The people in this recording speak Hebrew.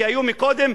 שהיו קודם,